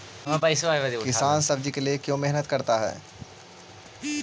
किसान सब्जी के लिए क्यों मेहनत करता है?